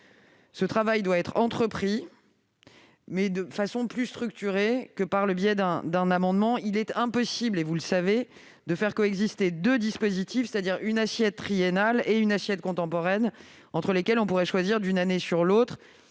ce travail doit être entrepris, mais de façon plus structurée que par le biais d'un amendement. Vous le savez, il est impossible de faire coexister deux dispositifs- une assiette triennale et une assiette contemporaine -entre lesquels on pourrait choisir d'une année à l'autre.